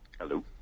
Hello